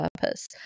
purpose